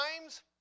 times